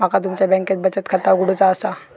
माका तुमच्या बँकेत बचत खाता उघडूचा असा?